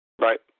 Right